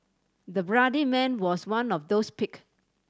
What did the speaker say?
the bloodied man was one of those picked